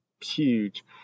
huge